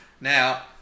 now